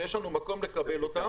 ויש לנו מקום לקבל אותם,